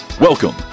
Welcome